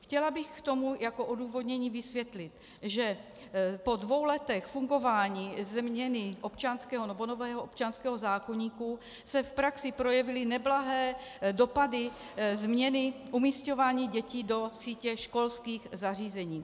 Chtěla bych k tomu jako odůvodnění vysvětlit, že po dvou letech fungování změny občanského nebo nového občanského zákoníku se v praxi projevily neblahé dopady změny v umísťování dětí do sítě školských zařízení.